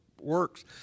works